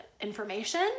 information